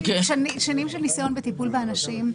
יש לי שנים של ניסיון בטיפול באנשים.